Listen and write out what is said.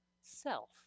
self